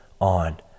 on